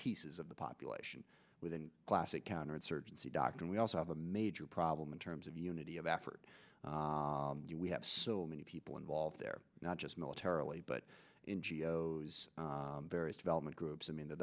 pieces of the population within classic counterinsurgency doctrine we also have a major problem in terms of unity of effort we have so many people involved there not just militarily but in geos various development groups i mean th